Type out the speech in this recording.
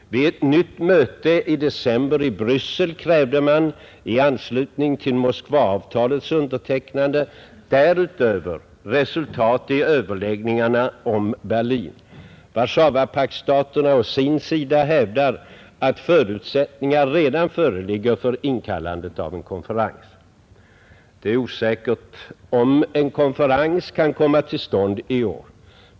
Vid ett nytt möte i december i Bryssel krävde man i anslutning till Moskvaavtalets undertecknande därutöver resultat i överläggningarna om Berlin. Warszawapaktstaterna å sin sida hävdar, att förutsättningar redan föreligger för inkallandet av en konferens. Det är osäkert, om en konferens kan komma till stånd i år.